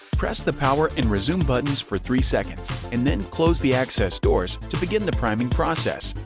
press the power and resume buttons for three seconds, and then close the access doors to begin the priming process.